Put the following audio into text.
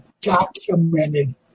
documented